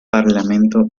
parlamento